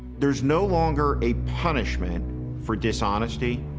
there's no longer a punishment for dishonesty,